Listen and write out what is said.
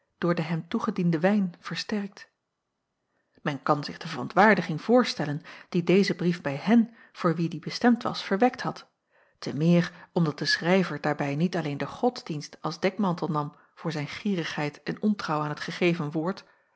door den hem toegedienden wijn versterkt men kan zich de verontwaardiging voorstellen die deze brief bij hen voor wie die bestemd was verwekt had te meer omdat de schrijver daarbij niet alleen den godsdienst als dekmantel nam voor zijn gierigheid en ontrouw aan t gegeven woord